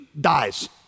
dies